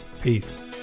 peace